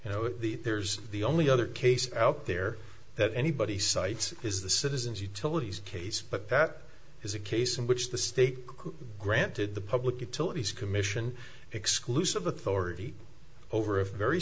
you know there's the only other case out there that anybody cites is the citizens utilities case but that is a case in which the state granted the public utilities commission exclusive authority over a very